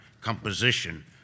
composition